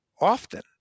often